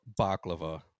baklava